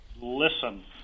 Listen